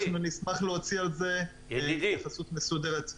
אנחנו נשמח להוציא על זה התייחסות מסודרת.